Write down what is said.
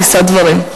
יישא דברים.